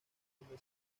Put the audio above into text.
donde